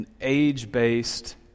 age-based